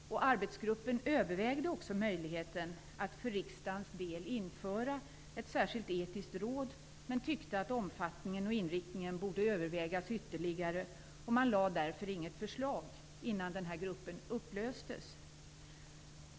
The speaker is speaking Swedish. Arbetsgruppen övervägde också möjligheten att för riksdagens del införa ett särskilt etiskt råd, men man tyckte att omfattningen och inriktningen borde övervägas ytterligare. Därför lade man inte fram något förslag innan gruppen upplöstes.